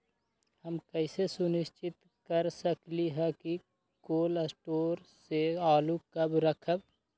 हम कैसे सुनिश्चित कर सकली ह कि कोल शटोर से आलू कब रखब?